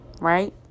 right